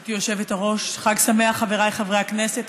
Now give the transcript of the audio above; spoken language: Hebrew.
גברתי היושבת-ראש, חג שמח חבריי חברי הכנסת.